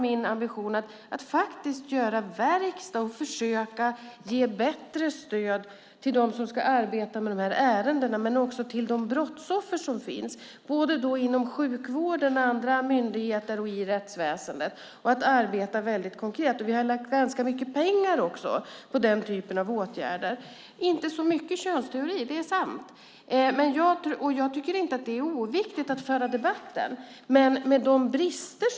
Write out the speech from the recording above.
Min ambition har varit verkstad och att försöka ge bättre stöd till dem som ska arbeta med de här ärendena, och också till brottsoffren, inom sjukvården, inom andra myndigheter och i rättsväsendet och att arbeta konkret. Vi har lagt ganska mycket pengar på den typen av åtgärder. Att det inte är så mycket könsteori är sant, och jag tycker inte att det är oviktigt att föra den debatten.